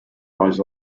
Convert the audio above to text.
lies